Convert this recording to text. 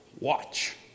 watch